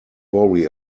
worry